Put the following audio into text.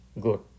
good